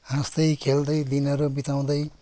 हाँस्दै खेल्दैँ दिनहरू बिताउँदै